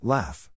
Laugh